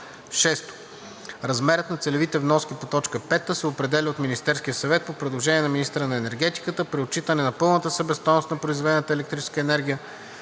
1. 6. Размерът на целевите вноски по т. 5 се определя от Министерския съвет по предложение на министъра на енергетиката при отчитане на пълната себестойност на произведената електрическа енергия,